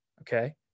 okay